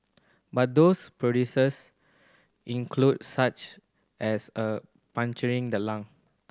but those produces include such as of puncturing the lung